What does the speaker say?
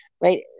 right